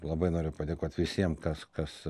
labai noriu padėkot visiem kas kas